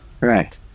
Right